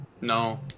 No